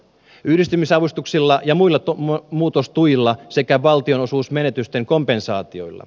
yhdistymisavustuksilla ja muilla muutostuilla sekä valtionosuusmenetysten kompensaatioilla